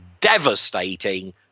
devastating